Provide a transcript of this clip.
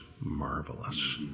marvelous